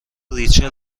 ریچل